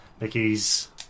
Mickey's